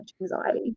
anxiety